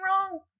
wrong